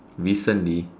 recently